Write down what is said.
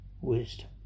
wisdom